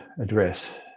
address